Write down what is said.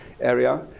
area